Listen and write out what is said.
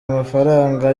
amafaranga